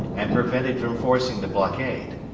and prevented from forcing the blockade,